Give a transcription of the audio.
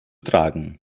tragen